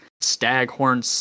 staghorn